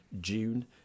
June